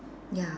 ya